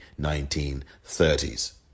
1930s